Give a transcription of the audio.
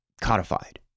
codified